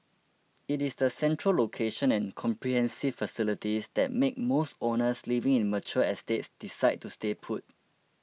it is the central location and comprehensive facilities that make most owners living in mature estates decide to stay put